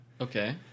Okay